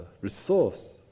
resource